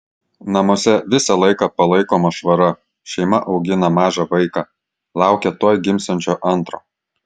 namuose visą laiką palaikoma švara šeima augina mažą vaiką laukia tuoj gimsiančio antro